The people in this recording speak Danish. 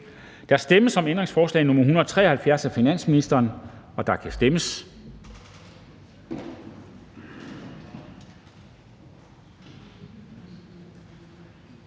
Der stemmes om ændringsforslag nr. 688 af DF, og der kan stemmes.